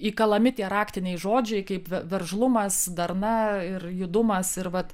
įkalami tie raktiniai žodžiai kaip veržlumas darna ir judumas ir vat